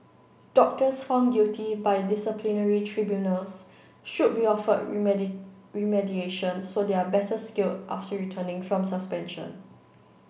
doctors found guilty by disciplinary tribunals should be offered remediation so they are better skilled after returning from suspension